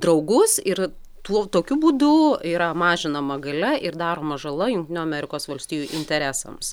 draugus ir tuo tokiu būdu yra mažinama galia ir daroma žala jungtinių amerikos valstijų interesams